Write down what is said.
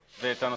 הבא,